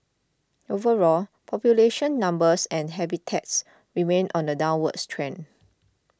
overall population numbers and habitats remain on a downwards trend